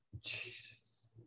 Jesus